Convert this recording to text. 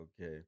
Okay